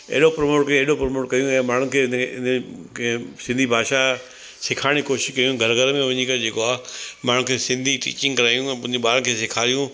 अहिड़ो प्रमोट कयूं एॾो प्रमोट कयूं ए माण्हूनि खे हिनखे के सिंधी भाषा सेखारण जी कोशिशि कयूं घर घर में वञी करे जेको आहे माण्हुनि खे सिंधी टिचिंग करायूं ऐं हुनजे ॿारनि खे सेखारियूं